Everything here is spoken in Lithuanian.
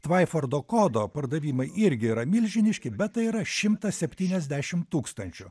tvaifordo kodo pardavimai irgi yra milžiniški bet tai yra šimtas septyniasdešim tūkstančių